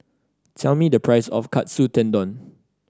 tell me the price of Katsu Tendon